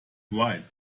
right